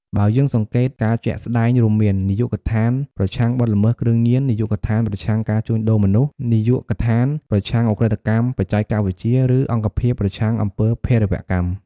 បើយើងសង្កេតការជាក់ស្តែងរួមមាន នាយកដ្ឋានប្រឆាំងបទល្មើសគ្រឿងញៀន នាយកដ្ឋានប្រឆាំងការជួញដូរមនុស្ស នាយកដ្ឋានប្រឆាំងឧក្រិដ្ឋកម្មបច្ចេកវិទ្យា ឬអង្គភាពប្រឆាំងអំពើភេរវកម្ម។